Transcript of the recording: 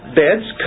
beds